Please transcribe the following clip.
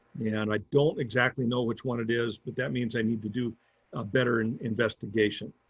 and i don't exactly know which one it is. but that means i need to do a better and investigation.